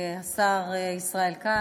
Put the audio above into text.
השר ישראל כץ,